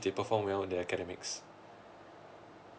they perform well in their academics